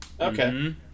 Okay